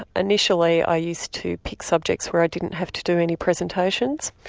initially i used to pick subjects where i didn't have to do any presentations.